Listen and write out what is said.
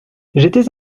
j’étais